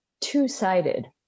two-sided